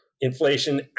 inflation